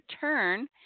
turn